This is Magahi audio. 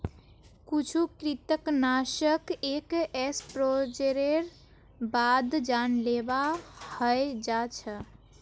कुछु कृंतकनाशक एक एक्सपोजरेर बाद जानलेवा हय जा छ